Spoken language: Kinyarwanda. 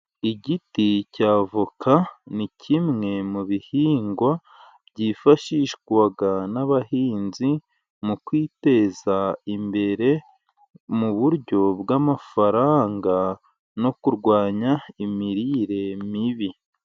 Igiti cya avoka, ni kimwe mu bihingwa byifashishwa n'abahinzi mu kwiteza imbere, mu buryo bw'amafaranga no kurwanya imirire mibi.